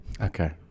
Okay